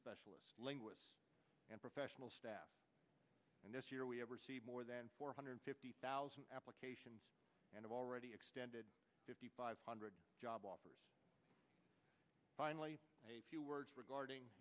specialists linguists and professional staff and this year we have received more than four hundred fifty thousand applications and i've already extended fifty five hundred job offers finally a few words regarding